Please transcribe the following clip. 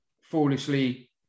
foolishly